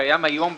שקיים היום בחוק.